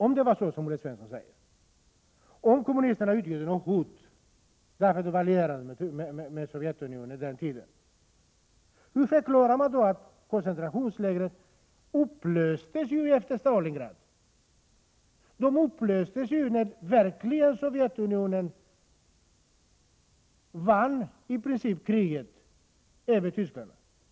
Om det var så som Olle Svensson säger och kommunisterna utgjorde ett hot därför att de var allierade med Sovjetunionen den tiden, hur förklarar man då att interneringslägren upplöstes efter Stalingrad? De upplöstes när Sovjetunionen i princip vann kriget över tyskarna.